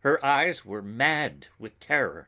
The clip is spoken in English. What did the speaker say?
her eyes were mad with terror.